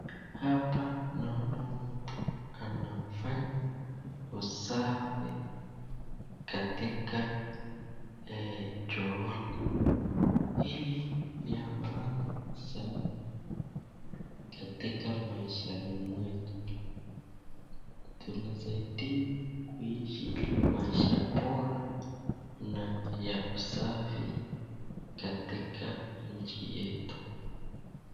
Hapa naona mtu anafanya usafi katika chooni. Hii ni ya maana sana katika maishani mwetu tunasaidiwa kuishi maisha bora na ya usafi katika nchi yetu.